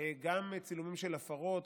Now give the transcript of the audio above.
גם צילומים של הפרות,